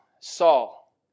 Saul